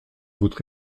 votre